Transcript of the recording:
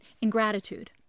ingratitude